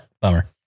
Bummer